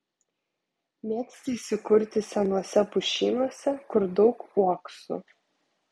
mėgsta įsikurti senuose pušynuose kur daug uoksų